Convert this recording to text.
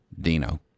Dino